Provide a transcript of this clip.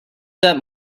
that